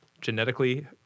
genetically